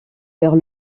vers